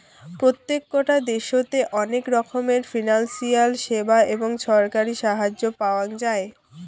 প্রত্যেকটা দ্যাশোতে অনেক রকমের ফিনান্সিয়াল সেবা এবং ছরকারি সাহায্য পাওয়াঙ যাই